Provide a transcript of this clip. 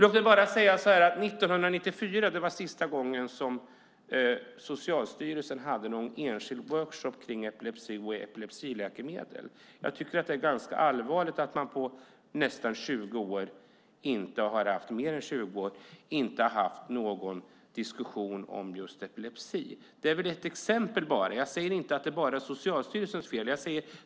År 1984 var sista gången som Socialstyrelsen hade någon enskild workshop om epilepsi och epilepsiläkemedel. Jag tycker att det är ganska allvarligt att man på mer än 20 år inte har haft någon diskussion om just epilepsi. Detta är bara ett exempel. Jag säger inte att det är Socialstyrelsens fel.